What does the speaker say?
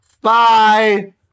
Bye